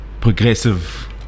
progressive